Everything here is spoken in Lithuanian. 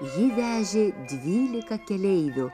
ji vežė dvylika keleivių